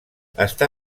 està